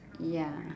ya